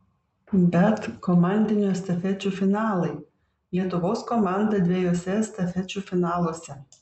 bet komandinių estafečių finalai lietuvos komanda dviejuose estafečių finaluose